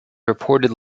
reported